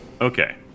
Okay